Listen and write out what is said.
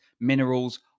minerals